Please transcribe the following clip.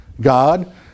God